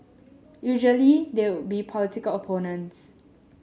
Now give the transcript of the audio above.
usually they would be political opponents